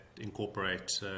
incorporate